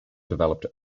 developed